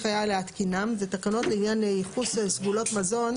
להתקינן ותקנות לעניין ייחוס סגולות מזון,